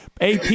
AP